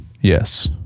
yes